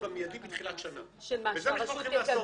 במידי בתחילת שנה, וזה מה שאנחנו הולכים לעשות.